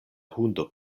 hundo